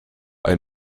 ein